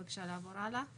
כאן אנחנו